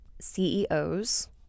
CEOs